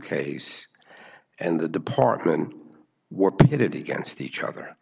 case and the department were pitted against each other